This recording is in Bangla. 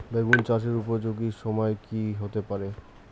বেগুন চাষের উপযোগী সময় কি হতে পারে?